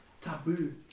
taboo